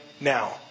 now